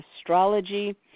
astrology